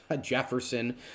Jefferson